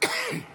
אם כן,